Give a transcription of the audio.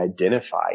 identify